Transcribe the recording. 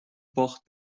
باخت